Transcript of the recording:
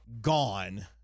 gone